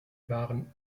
waren